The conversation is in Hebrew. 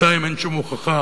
בינתיים אין שום הוכחה,